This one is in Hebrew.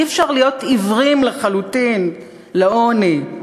אי-אפשר להיות עיוורים לחלוטין לעוני.